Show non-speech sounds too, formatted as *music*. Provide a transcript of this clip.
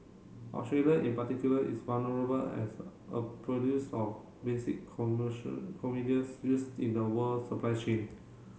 Australia in particular is vulnerable as a produce of basic commercial *unintelligible* used in the world supply chain